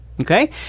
okay